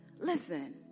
Listen